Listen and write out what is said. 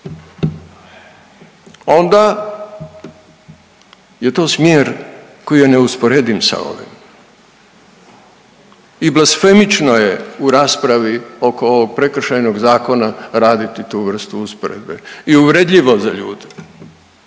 Onda je to smjer koji je neusporediv sa ovim i blasfemično je u raspravi oko ovog prekršajnog zakona raditi tu vrstu usporedbe i uvredljivo za ljude.